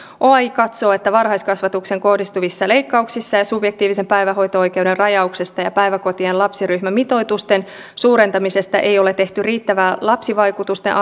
oaj katsoo että varhaiskasvatukseen kohdistuvista leikkauksista ja ja subjektiivisen päivähoito oikeuden rajauksesta ja päiväkotien lapsiryhmämitoitusten suurentamisesta ei ole tehty riittävää lapsivaikutusten